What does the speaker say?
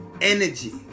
energy